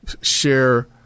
share